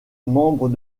membres